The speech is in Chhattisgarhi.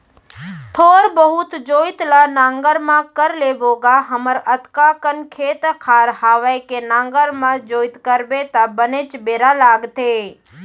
थोर बहुत जोइत ल नांगर म कर लेबो गा हमर अतका कन खेत खार हवय के नांगर म जोइत करबे त बनेच बेरा लागथे